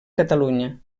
catalunya